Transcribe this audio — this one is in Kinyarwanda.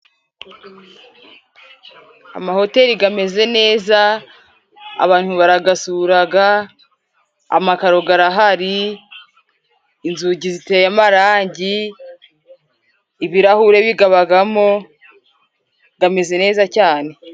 Amahoteli gameze neza, abantu baragasuraga, amakaro garahari, inzugi ziteye amarangi, ibirahure bigabagamo. Gamezeze neza cyane.